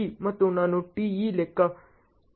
Tp ಮತ್ತು ನಾನು te ಲೆಕ್ಕ ಹಾಕಿದ್ದೇನೆ